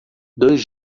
dois